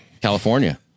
California